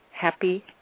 happy